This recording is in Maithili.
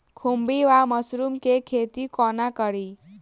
खुम्भी वा मसरू केँ खेती कोना कड़ी?